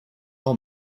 all